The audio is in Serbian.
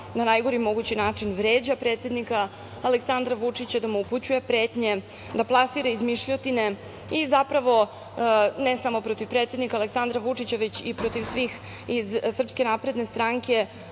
na najgori mogući način vređa predsednika Aleksandra Vučića, da mu upućuje pretnje, da plasira izmišljotine, i ne samo protiv predsednika Aleksandra Vučića, već protiv svih iz SNS koji dignu glas